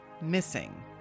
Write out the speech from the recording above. missing